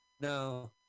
No